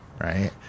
right